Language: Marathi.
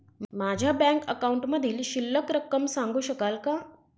माझ्या बँक अकाउंटमधील शिल्लक रक्कम सांगू शकाल का?